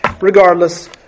Regardless